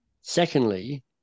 Secondly